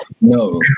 No